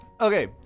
Okay